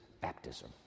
baptism